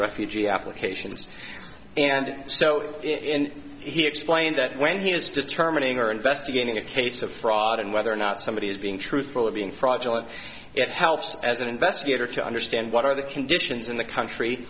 refugee applications and so in he explained that when he was determining or investigating a case of fraud and or not somebody is being truthful or being fraudulent it helps as an investigator to understand what are the conditions in the country